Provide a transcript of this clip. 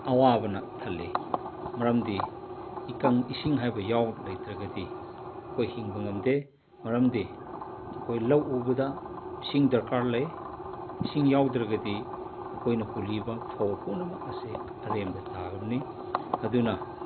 ꯑꯋꯥꯕꯅ ꯊꯜꯂꯤ ꯃꯔꯝꯗꯤ ꯏꯀꯪ ꯏꯁꯤꯡ ꯍꯥꯏꯕ ꯂꯩꯇ꯭ꯔꯒꯗꯤ ꯑꯩꯈꯣꯏ ꯍꯤꯡꯕ ꯉꯝꯗꯦ ꯃꯔꯝꯗꯤ ꯑꯩꯈꯣꯏ ꯂꯧ ꯎꯕꯗ ꯏꯁꯤꯡ ꯗꯔꯀꯥꯔ ꯂꯩ ꯏꯁꯤꯡ ꯌꯥꯎꯗ꯭ꯔꯒꯗꯤ ꯑꯩꯈꯣꯏꯅ ꯍꯨꯜꯂꯤꯕ ꯐꯧ ꯄꯨꯝꯅꯃꯛ ꯑꯁꯤ ꯑꯔꯦꯝꯕꯗ ꯇꯥꯈ꯭ꯔꯅꯤ ꯑꯗꯨꯅ